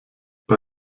bei